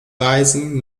reisen